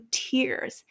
tears